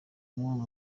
umwe